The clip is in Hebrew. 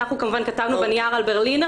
אנחנו כמובן כתבנו בנייר על ברלינר